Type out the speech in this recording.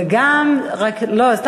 וגם, לא שייך.